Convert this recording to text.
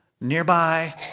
nearby